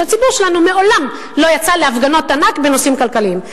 שהציבור שלנו מעולם לא יצא להפגנות ענק בנושאים כלכליים.